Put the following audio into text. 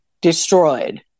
destroyed